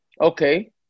Okay